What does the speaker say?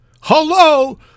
Hello